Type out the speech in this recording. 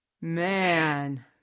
Man